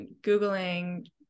Googling